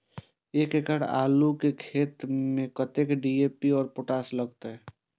एक एकड़ आलू के खेत में कतेक डी.ए.पी और पोटाश लागते?